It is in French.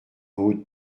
haute